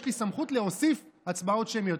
יש לי סמכות להוסיף הצבעות שמיות,